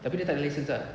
tapi dia tak ada lesen ah